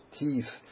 teeth